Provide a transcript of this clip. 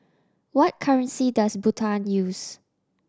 what currency does Bhutan use